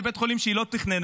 לבית חולים שהיא לא תכננה.